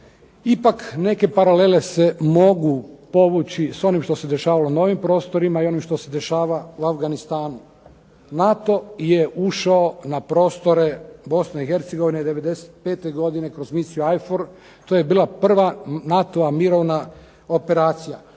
Ipak neke paralele se mogu povući s onim što se dešavalo na ovim prostorima i onim što se dešava u Afganistanu. NATO je ušao na prostore Bosne i Hercegovine '95. godine kroz misiju IFOR. To je bila prva NATO-va mirovna operacija.